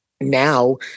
Now